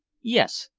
yes.